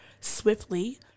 swiftly